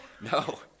No